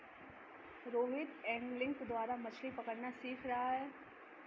Rohit angling द्वारा मछ्ली पकड़ना सीख रहा है